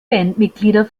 bandmitglieder